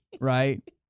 right